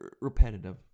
repetitive